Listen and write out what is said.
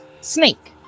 snake